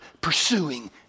pursuing